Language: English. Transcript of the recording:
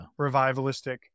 revivalistic